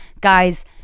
guys